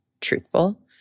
truthful